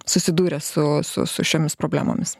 susidūręs su su su šiomis problemomis